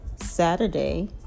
Saturday